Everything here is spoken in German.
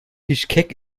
bischkek